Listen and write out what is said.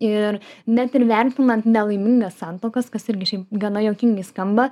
ir net ir vertinant nelaimingas santuokas kas irgi šiaip gana juokingai skamba